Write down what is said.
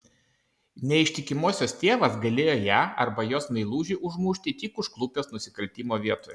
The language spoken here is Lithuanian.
neištikimosios tėvas galėjo ją arba jos meilužį užmušti tik užklupęs nusikaltimo vietoje